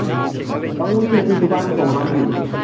ꯇꯥꯃꯣꯒꯤ ꯉꯁꯤ ꯗꯨꯀꯥꯟ ꯊꯣꯡ ꯍꯥꯡꯕꯤꯕ꯭ꯔꯣ